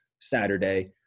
Saturday